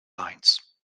lines